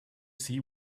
see